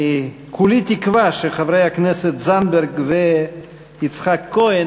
אני כולי תקווה שחברי הכנסת זנדברג ויצחק כהן